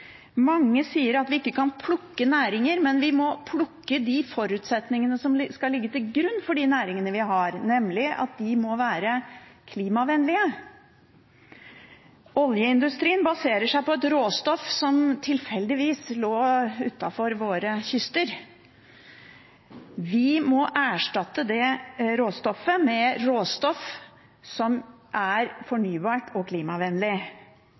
Mange sier at vi ikke kan plukke næringer, men vi må plukke de forutsetningene som skal ligge til grunn for de næringene vi har, nemlig at de må være klimavennlige. Oljeindustrien baserer seg på et råstoff som tilfeldigvis lå utenfor våre kyster. Vi må erstatte det råstoffet med råstoff som er fornybart og klimavennlig.